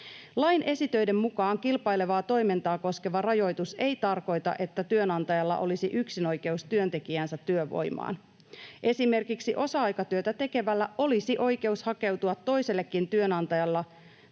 Lain esitöiden mukaan kilpailevaa toimintaa koskeva rajoitus ei tarkoita, että työnantajalla olisi yksinoikeus työntekijänsä työvoimaan. Esimerkiksi osa-aikatyötä tekevällä olisi oikeus hakeutua toisellekin työnantajalle